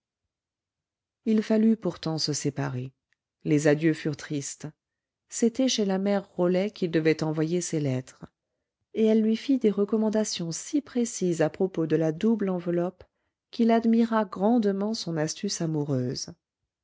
il fallut pourtant se séparer les adieux furent tristes c'était chez la mère rolet qu'il devait envoyer ses lettres et elle lui fit des recommandations si précises à propos de la double enveloppe qu'il admira grandement son astuce amoureuse